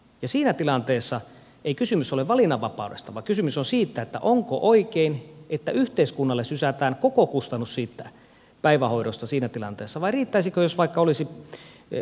ja siinä tilanteessa ei kysymys ole valinnanvapaudesta vaan kysymys on siitä onko oikein että yhteiskunnalle sysätään koko kustannus siitä päivähoidosta siinä tilanteessa vai riittäisikö jos vaikka olisi oikeus puolipäivähoitoon